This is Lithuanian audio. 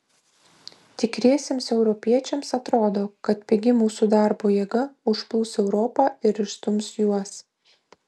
tikriesiems europiečiams atrodo kad pigi mūsų darbo jėga užplūs europą ir išstums juos